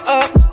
up